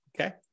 Okay